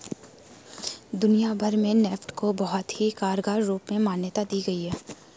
दुनिया भर में नेफ्ट को बहुत ही कारगर रूप में मान्यता दी गयी है